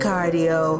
Cardio